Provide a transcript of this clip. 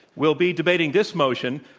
will be debating this motion,